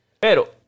Pero